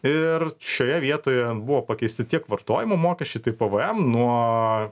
ir šioje vietoje buvo pakeisti tiek vartojimo mokesčiai tai pvm nuo